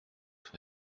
for